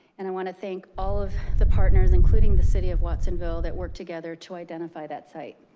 and i wanna thank all of the partners, including the city of watsonville, that work together to identify that site.